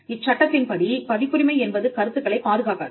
இச்சட்டத்தின்படி பதிப்புரிமை என்பது கருத்துக்களைப் பாதுகாக்காது